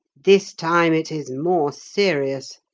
this time it is more serious.